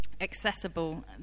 Accessible